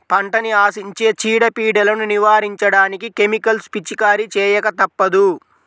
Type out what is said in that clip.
పంటని ఆశించే చీడ, పీడలను నివారించడానికి కెమికల్స్ పిచికారీ చేయక తప్పదు